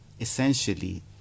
essentially